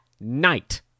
night